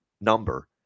number